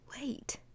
wait